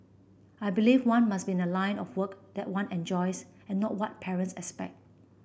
I believe one must be in a line of work that one enjoys and not what parents expect